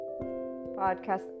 podcast